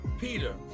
Peter